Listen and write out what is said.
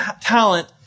talent